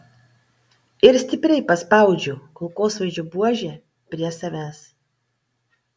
ir stipriai paspaudžiu kulkosvaidžio buožę prie savęs